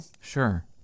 Sure